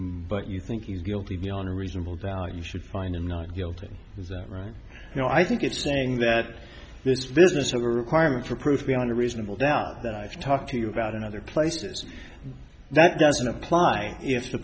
innocent but you think he's guilty beyond a reasonable doubt you should find him not guilty is that right you know i think it's saying that this business a requirement for proof beyond a reasonable doubt that i've talked to you about in other places that doesn't apply if the